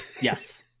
Yes